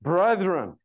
Brethren